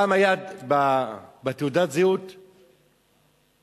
פעם בתעודת הזהות היה: דת,